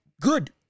good